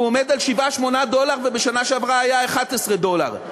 הוא עומד על 7 8 דולר, ובשנה שעברה היה 11 דולר.